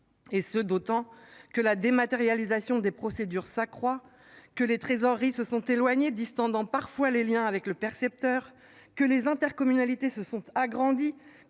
Et ce d'autant que la dématérialisation des procédures s'accroît, que les trésoreries se sont éloignés distant dans parfois les Liens avec le percepteur que les intercommunalités se sont agrandis.